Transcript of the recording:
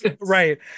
right